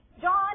John